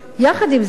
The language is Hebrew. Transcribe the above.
יחד עם זה,